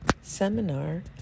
seminar